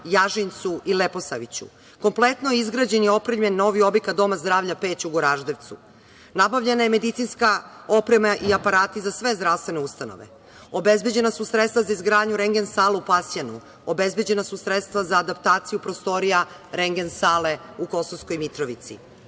Jažincu i Leposaviću. Kompletno je izgrađen i opremljen novi objekat Doma zdravlja „Peć“ u Goraždevcu. Nabavljena je medicinska oprema i aparati za sve zdravstvene ustanove. Obezbeđena su sredstva za izgradnju rengen sale u Pasjanu, obezbeđena su sredstva za adaptaciju prostorija rengen sale u Kosovskoj Mitrovici.